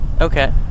Okay